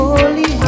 Holy